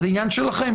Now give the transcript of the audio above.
זה עניין שלכם.